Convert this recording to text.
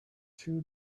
two